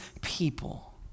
people